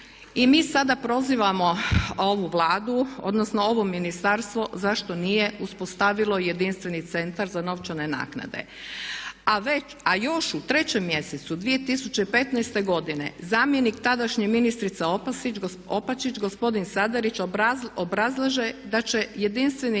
I mi sada prozivamo ovu Vladu, odnosno ovo ministarstvo, zašto nije uspostavilo jedinstveni Centar za novčane naknade a još u 3. mjesecu 2015. godine zamjenik tadašnje ministrice Opačić gospodin Sardarić obrazlaže da će jedinstveni